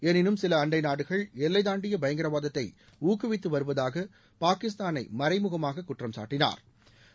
என்பினும் சிகல் அண்டை நாடுகள் எல்லை தாண்டிய ப யங்கரவா நத்தை ஊக்குவித்து வருவதாக பாகிஸ்தானை மறை முக்மா கட்குற்றும் சொட்டினா ர்